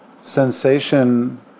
sensation